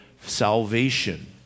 salvation